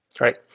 Right